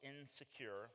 insecure